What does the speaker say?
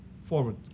forward